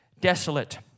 desolate